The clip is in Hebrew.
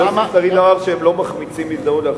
יוסי שריד אמר שהם לא מחמיצים הזדמנות להחמיץ הזדמנות?